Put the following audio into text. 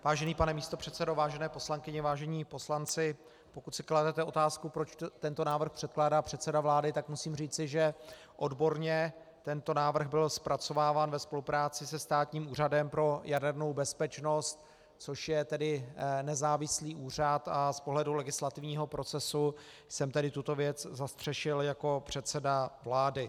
Vážený pane místopředsedo, vážené poslankyně, vážení poslanci, pokud si kladete otázku, proč tento návrh předkládá předseda vlády, tak musím říci, že odborně tento návrh byl zpracováván ve spolupráci se Státním úřadem pro jadernou bezpečnost, což je tedy nezávislý úřad, a z pohledu legislativního procesu jsem tedy tuto věc zastřešil jako předseda vlády.